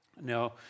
now